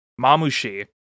Mamushi